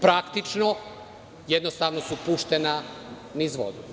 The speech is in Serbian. Praktično, jednostavno su puštena niz vodu.